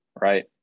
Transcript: right